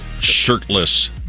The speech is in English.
shirtless